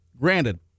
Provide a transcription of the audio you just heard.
Granted